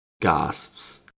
gasps